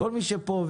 כל מי שנמצא פה.